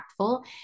impactful